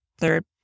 third